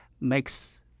makes